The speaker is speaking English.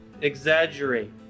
exaggerate